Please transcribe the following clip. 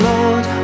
Lord